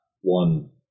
one